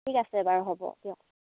ঠিক আছে বাৰু হ'ব দিয়ক